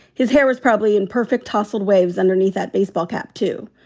his hair was probably in perfect tussled waves underneath that baseball cap, too.